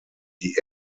die